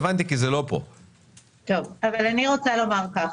עליי כי אני בוועדה הזו לא עושה מחטפים.